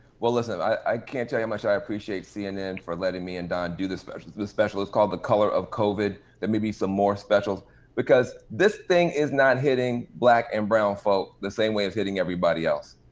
well listen, i can't tell how much i appreciate cnn for letting me and don do the special. the the special is called, the color of covid. there may be some more specials because this thing is not hitting black and brown folk the same way it's hitting everybody else.